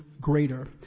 greater